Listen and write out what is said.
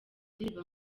ndirimbo